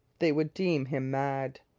they would deem him mad.